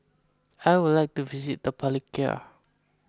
I would like to visit the Palikir